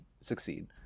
succeed